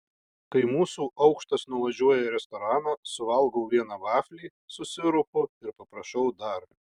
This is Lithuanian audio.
kai mūsų aukštas nuvažiuoja į restoraną suvalgau vieną vaflį su sirupu ir paprašau dar